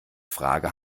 frage